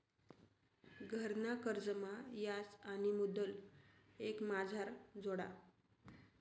घरना कर्जमा याज आणि मुदल एकमाझार जोडा